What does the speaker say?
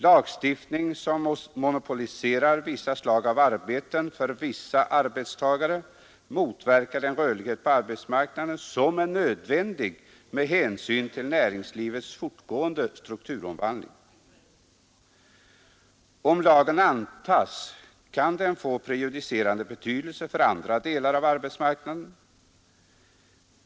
Lagstiftning som monopoliserar vissa slag av arbeten för vissa arbetstagare motverkar den rörlighet på arbetsmarknaden som är nödvändig med hänsyn till näringslivets fortgående strukturomvandling. Om lagen antas kan den få prejudicerande betydelse för andra delar av arbetsmarknaden.